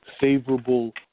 favorable